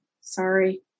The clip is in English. sorry